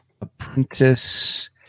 apprentice